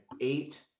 eight